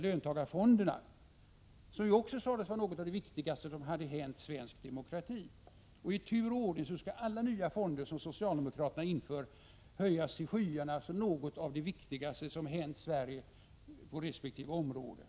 löntagarfonderna, som ju också sades vara något av det viktigaste som hade hänt svensk demokrati. I tur och ordning skall alla nya fonder som socialdemokraterna inför höjas till skyarna som något av det viktigaste som hänt Sverige på resp. område.